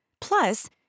Plus